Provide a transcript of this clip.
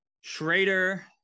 Schrader